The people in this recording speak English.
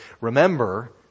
Remember